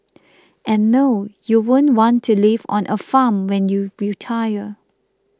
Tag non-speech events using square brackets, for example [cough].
[noise] and no you won't want to live on a farm when you retire